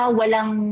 walang